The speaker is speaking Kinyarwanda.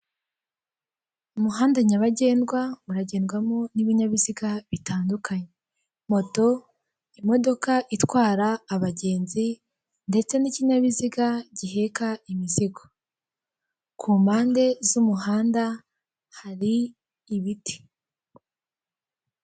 Uru ni urubuga rwashyizweho n'ikigo cya leta gishinzwe imisoro n'amahoro, aho ushobora kugaragariza impano yawe ugatsindira agera kuri miliyoni y'amanyarwanda, dore ibihangano icumi byahize ibindi muri iri rushanwa ni ibi bikurikira.